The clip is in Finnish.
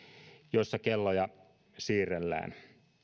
jossa kelloja siirrellään